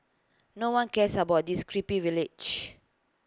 no one cares about this crappy village